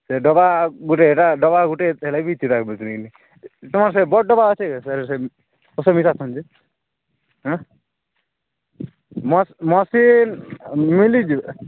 ସେ ଡବା ଗୁଟେ ଏଇଟା ଡବା ଗୁଟେ ସେ ଲାଗି ତମର୍ ସେ ବଡ଼ ଡବା ଅଛି କି ସେ ଏଁ ମ ମେଶିନ୍ ମିଳିଯିବ